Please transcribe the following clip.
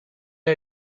are